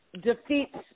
defeats